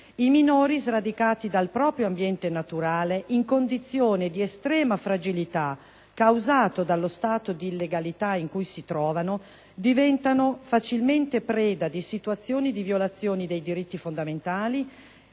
I minori, sradicati dal proprio ambiente naturale, in condizioni di estrema fragilità causata dallo stato di illegalità in cui si trovano, diventano facilmente preda di situazioni di violazione dei diritti fondamentali: